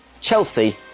Chelsea